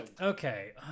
Okay